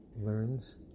learns